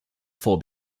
four